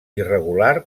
irregular